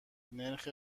نرخ